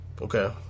Okay